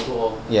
很多